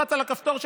תלחץ על הכפתור שלך.